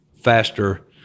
faster